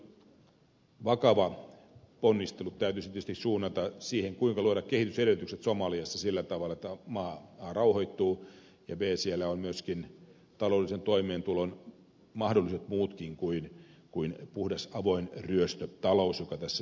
silloin vakavat ponnistelut täytyisi tietysti suunnata siihen kuinka luoda kehitysedellytykset somaliassa sillä tavalla että maa rauhoittuu ja että siellä on myöskin taloudellisen toimeentulon mahdollisuudet muutkin kuin puhdas avoin ryöstötalous joka tässä nyt sitten näkyy